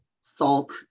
salt